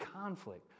conflict